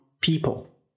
people